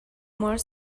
more